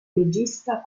regista